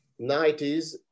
90s